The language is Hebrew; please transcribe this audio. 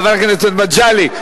חבר הכנסת מגלי,